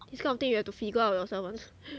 this kind of thing you have to figure out yourself ah